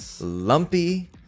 lumpy